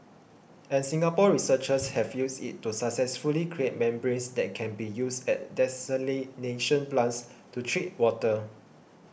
and Singapore researchers have used it to successfully create membranes that can be used at desalination plants to treat water